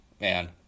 man